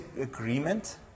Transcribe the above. agreement